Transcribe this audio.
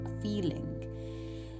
feeling